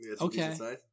Okay